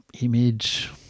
image